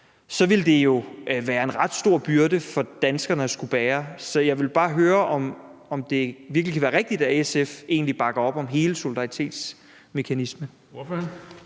ville det jo være en ret stor byrde for danskerne at skulle bære. Så jeg vil bare høre, om det virkelig kan være rigtigt, at SF bakker op om hele solidaritetsmekanismen.